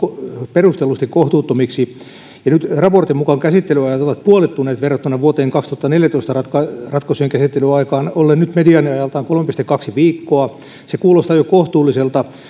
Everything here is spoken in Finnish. perustellusti kohtuuttomiksi ja nyt raportin mukaan käsittelyajat ovat puolittuneet verrattuna vuoden kaksituhattaneljätoista ratkaisujen ratkaisujen käsittelyaikoihin ollen nyt mediaaniajaltaan kolme pilkku kaksi viikkoa se kuulostaa jo kohtuulliselta